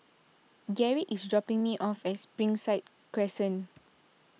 Garrick is dropping me off at Springside Crescent